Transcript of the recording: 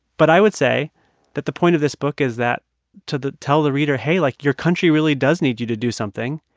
but i would say that the point of this book is that to the tell the reader, hey, like, your country really does need you to do something.